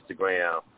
Instagram